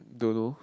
don't know